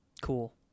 Cool